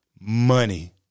money